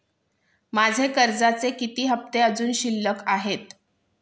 माझे कर्जाचे किती हफ्ते अजुन शिल्लक आहेत?